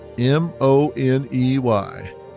M-O-N-E-Y